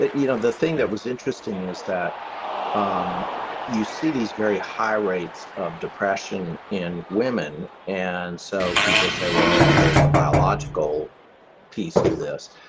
you know the thing that was interesting is that um you see these very high rates of depression in women. and so people say, well, maybe there's a biological piece to this.